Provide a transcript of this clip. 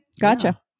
Gotcha